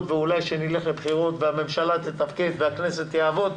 ואולי שנלך לבחירות הממשלה תתפקד והכנסת תעבוד,